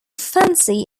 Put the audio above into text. fancy